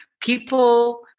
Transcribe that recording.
people